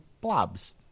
blobs